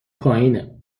پایینه